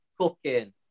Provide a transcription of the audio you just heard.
cooking